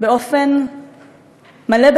באופן מלא,